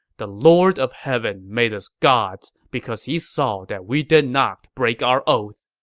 the lord of heaven made us gods because he saw that we did not break our oath.